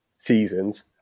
Seasons